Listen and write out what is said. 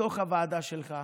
בתוך הוועדה שלך,